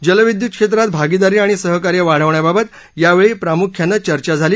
जलविद्युत क्षेत्रात भागिदारी आणि सहकार्य वाढवण्याबाबत यावेळी प्रामुख्याने चर्चा झाली